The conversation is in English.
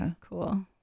Cool